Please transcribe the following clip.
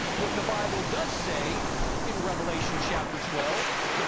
what the bible does say in revelation, chapter twelve,